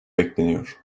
bekleniyor